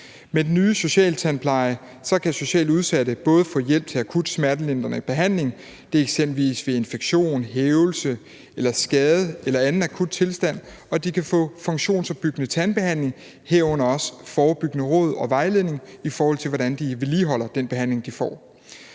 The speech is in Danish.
Med den nye socialtandpleje kan socialt udsatte både få hjælp til akut smertelindrende behandling, eksempelvis ved infektion, hævelse eller skade eller anden akut tilstand, og de kan få funktionsopbyggende tandbehandling, herunder også forebyggende råd og vejledning, i forhold til hvordan de vedligeholder den behandling, de får.